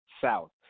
south